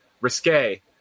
risque